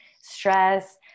stress